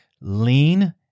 lean